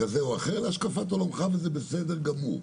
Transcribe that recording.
זו השקפת עולמך, וזה בסדר גמור.